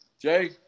Jay